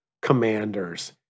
Commanders